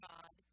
God